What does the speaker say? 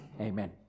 Amen